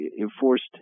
enforced